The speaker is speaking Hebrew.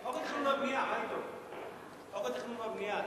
ההצעה תעבור לוועדת הכלכלה של הכנסת,